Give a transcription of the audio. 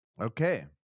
Okay